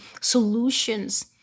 solutions